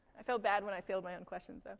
i felt bad when i failed my own questions, though.